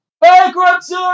bankruptcy